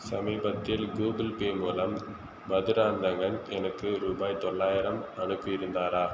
சமீபத்தில் Google Pay மூலம் மதுராந்தகன் எனக்கு ரூபாய் தொள்ளாயிரம் அனுப்பியிருந்தாரா